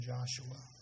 Joshua